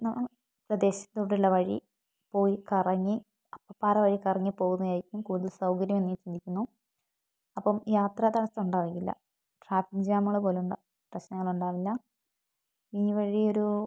പ്രേദേശത്തോട്ടുള്ള വഴി പോയി കറങ്ങി അപ്പപ്പാറ വഴി കറങ്ങി പോകുന്നതായിരിക്കും കൂടുതൽ സൗകര്യമെന്ന് ഞാൻ ചിന്തിക്കുന്നു അപ്പം യാത്ര തടസ്സം ഉണ്ടാകുന്നില്ല ട്രാഫിക്ക് ജാമുകൾ പോലുള്ള പ്രശ്നങ്ങളുണ്ടാവില്ല ഈ വഴിയൊരൂ